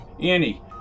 Annie